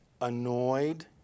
annoyed